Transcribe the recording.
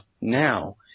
now